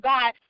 God